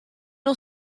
nhw